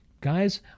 Guys